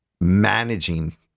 managing